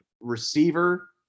receiver